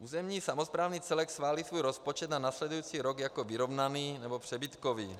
Územní samosprávný celek schválí svůj rozpočet na následující rok jako vyrovnaný nebo přebytkový.